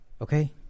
Okay